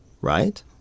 right